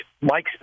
Mike